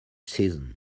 season